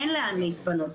אין לאן להתפנות.